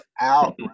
out